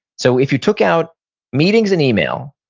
so if you took out meetings and email,